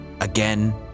Again